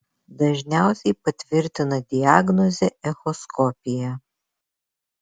dažniausiai patvirtina diagnozę echoskopija